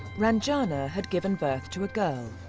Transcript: ranjana had given birth to a girl.